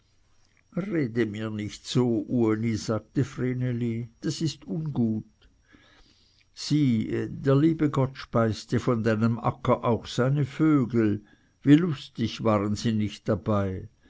rede mir nicht so uli sagte vreneli das ist ungut sieh der liebe gott speiste von deinem acker auch seine vögel wie lustig waren sie nicht dabei